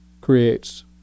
creates